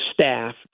staff